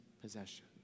possession